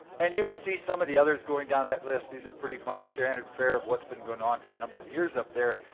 and you can see some of the others going down that list. these are pretty much standard fare of what's been going on for a number of years up there.